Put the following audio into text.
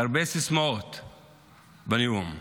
הרבה סיסמאות בנאום.